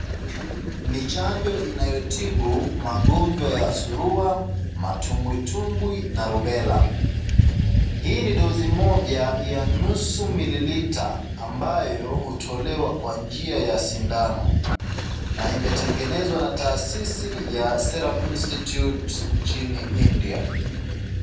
Ni chanjo inayotibu magonjwa ya surua, matumbi tumbwi na rubela. Hii ni dozi moja ya nusu mililita ambayo hutolewa kwa njia ya sindani na imetengenezwa na taasisi ya Serum Insitute nchini India.